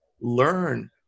learn